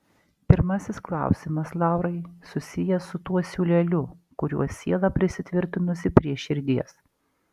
pirmasis klausimas laurai susijęs su tuo siūleliu kuriuo siela prisitvirtinusi prie širdies